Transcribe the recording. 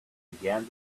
began